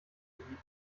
bieten